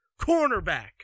cornerback